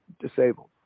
disabled